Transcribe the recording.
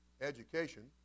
education